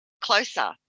closer